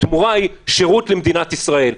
התמורה היא שירות למדינת ישראל,